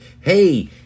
hey